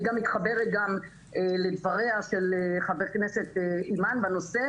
אני גם מתחברת לדבריה של חברת הכנסת אימאן בנושא,